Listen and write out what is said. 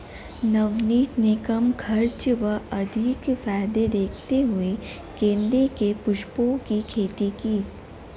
नवनीत ने कम खर्च व अधिक फायदे देखते हुए गेंदे के पुष्पों की खेती की